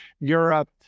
Europe